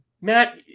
Matt